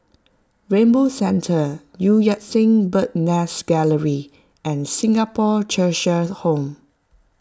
Rainbow Centre Eu Yan Sang Bird's Nest Gallery and Singapore Cheshire Home